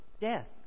death